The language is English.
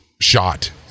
shot